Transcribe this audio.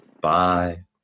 Bye